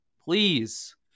Please